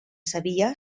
sabia